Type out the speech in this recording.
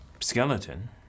skeleton